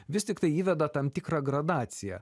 vis tiktai įveda tam tikrą gradaciją